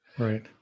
Right